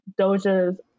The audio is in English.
Doja's